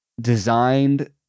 designed